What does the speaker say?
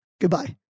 Goodbye